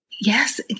yes